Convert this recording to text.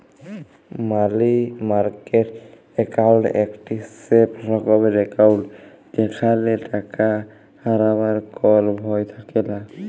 মালি market account একটি safe রকমের account যেখালে টাকা হারাবার কল ভয় থাকেলা